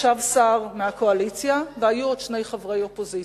ישב שר מהקואליציה והיו עוד שני חברי אופוזיציה.